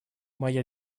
моя